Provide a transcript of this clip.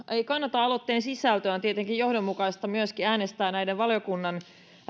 ei kannata aloitteen sisältöä on tietenkin johdonmukaista myöskin äänestää näiden valiokunnan